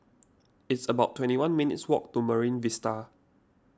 it's about twenty one minutes' walk to Marine Vista